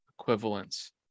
equivalence